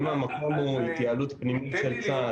האם המקום הוא התייעלות פנימית של צה"ל,